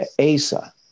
Asa